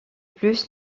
plus